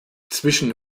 zwischen